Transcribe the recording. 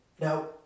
Now